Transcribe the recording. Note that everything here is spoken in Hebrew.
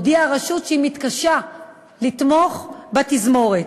הודיעה הרשות שהיא מתקשה לתמוך בתזמורת.